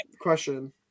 question